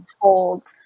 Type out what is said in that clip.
told